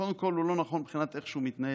קודם כול הוא לא נכון מבחינת איך שהוא מתנהל,